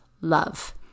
love